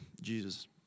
Jesus